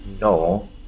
No